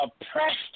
oppressed